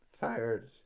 tired